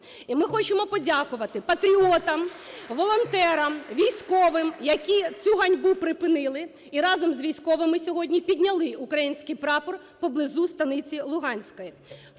І ми хочемо подякувати патріотам, волонтерам, військовим, які цю ганьбу припинили, і разом з військовими сьогодні підняли український прапор поблизу Станиці Луганської.